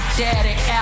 daddy